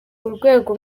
urwego